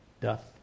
doth